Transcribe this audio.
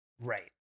Right